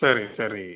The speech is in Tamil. சரி சரி